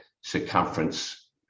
circumference